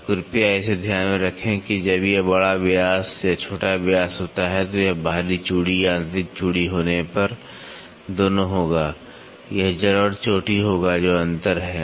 तो कृपया इसे ध्यान में रखें जब यह बड़ा व्यास या छोटा व्यास होता है तो यह बाहरी चूड़ी आंतरिक चूड़ी होने पर दोनों होगा यह जड़ और चोटी होगा जो अंतर है